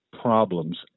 problems